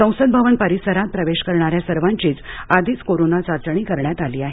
संसद भवन परिसरात प्रवेश करणाऱ्या सर्वांचीच आधीच कोरोना चाचणी करण्यात आली आहे